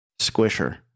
squisher